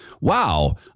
wow